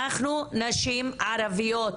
אנחנו נשים ערביות,